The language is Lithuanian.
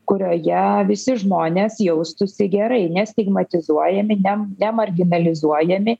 kurioje visi žmonės jaustųsi gerai nestigmatizuojami ne ne marginalizuojami